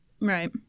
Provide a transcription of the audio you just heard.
Right